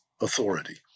authority